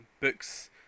Books